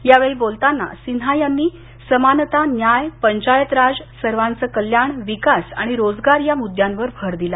यावेळी बोलताना सिन्हा यांनी समानता न्याय पंचायत राज सर्वांचं कल्याण विकास आणि रोजगार या मुद्द्यांवर भर दिला